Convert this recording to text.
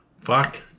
Fuck